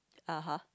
(uh huh)